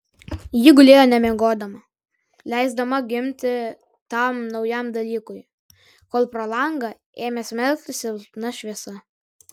ji gulėjo nemiegodama leisdama gimti tam naujam dalykui kol pro langą ėmė smelktis silpna šviesa